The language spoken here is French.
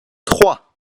trois